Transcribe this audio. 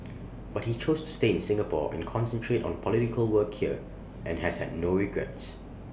but he chose to stay in Singapore and concentrate on political work here and has had no regrets